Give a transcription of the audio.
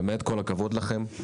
באמת כל הכבוד לכם.